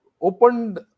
opened